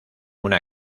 una